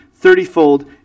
thirtyfold